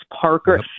Parker